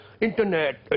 internet